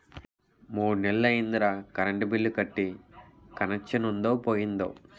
మూడ్నెల్లయ్యిందిరా current bill కట్టీ కనెచ్చనుందో పోయిందో